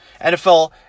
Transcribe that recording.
NFL